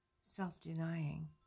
self-denying